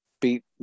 beat